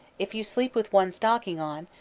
if you sleep with one stocking on,